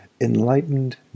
Enlightened